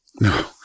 no